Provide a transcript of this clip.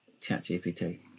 ChatGPT